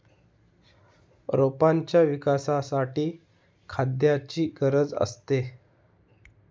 रोपांच्या विकासासाठी खाद्याची गरज असते